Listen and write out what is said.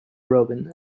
roman